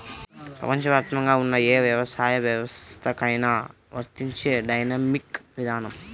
ప్రపంచవ్యాప్తంగా ఉన్న ఏ వ్యవసాయ వ్యవస్థకైనా వర్తించే డైనమిక్ విధానం